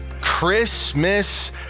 Christmas